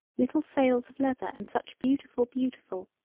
little sales of leather and such beautiful beautiful,